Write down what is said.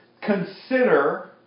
consider